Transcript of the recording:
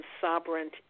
sovereign